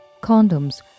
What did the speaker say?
Condoms